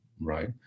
right